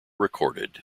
recorded